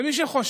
ויש לה מתווה